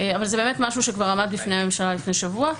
אבל זה באמת משהו שכבר עמד בפני הממשלה לפני שבוע.